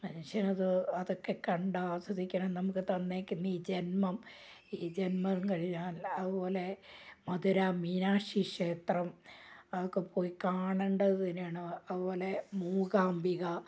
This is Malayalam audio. മനുഷ്യന് അത് അതൊക്കെ കണ്ട് ആസ്വദിക്കണം നമുക്ക് തന്നേക്കുന്ന ഈ ജന്മം ഈ ജന്മം കഴിഞ്ഞാൽ അതുപോലെ മധുര മീനാക്ഷി ക്ഷേത്രം അതൊക്കെ പോയി കാണേണ്ടതു തന്നെയാണ് അതുപോലെ മൂകാംബിക